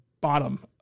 bottom